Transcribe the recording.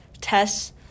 tests